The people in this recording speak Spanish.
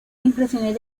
impresiones